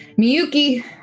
Miyuki